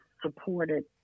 supported